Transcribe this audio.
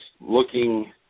looking